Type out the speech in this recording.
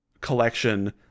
collection